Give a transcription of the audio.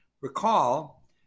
Recall